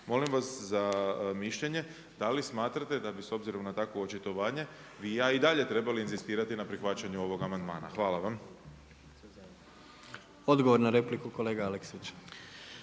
molim vas za mišljenje da li smatrate da bi s obzirom na takvo očitovanje … i ja i dalje trebali inzistirati na prihvaćanju ovoga amandmana. Hvala vam. **Jandroković,